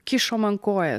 kišo man koją